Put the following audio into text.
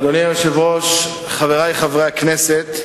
אדוני היושב-ראש, חברי חברי הכנסת,